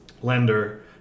Lender